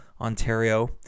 Ontario